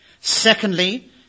Secondly